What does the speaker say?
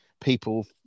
people